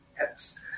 yes